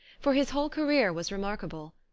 for his whole career was remarkable.